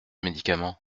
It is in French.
médicament